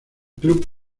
club